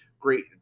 great